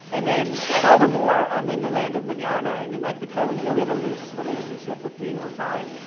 and then furthermore, i'm in the land of minana in new mexico, you know we have a loose relationship with being on time.